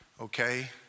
okay